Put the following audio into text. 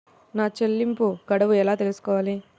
నా చెల్లింపు గడువు ఎలా తెలుసుకోవాలి?